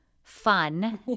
Fun